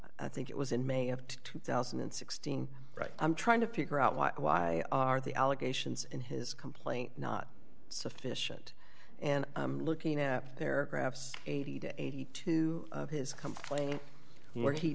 i think it was in may of two thousand and sixteen right i'm trying to figure out why why are the allegations in his complaint not sufficient and i'm looking at their graphs eighty to eighty two of his complain